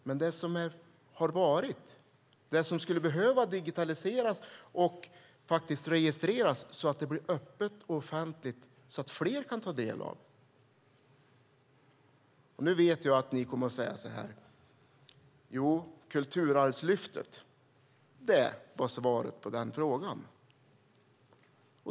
Men det handlar om det som har varit - det som skulle behöva digitaliseras och registreras så att det blir öppet och offentligt så att fler kan ta del av det. Nu vet jag att ni kommer att säga så här: Kulturarvslyftet var svaret på den frågan!